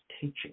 teaching